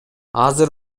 азыр